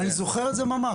אני זוכר את זה ממש.